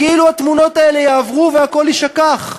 כאילו התמונות האלה יעברו והכול יישכח.